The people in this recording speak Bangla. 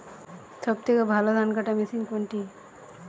সবথেকে ভালো ধানকাটা মেশিন কোনটি?